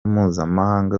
mpuzamahanga